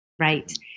right